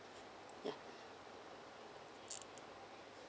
ya